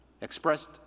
expressed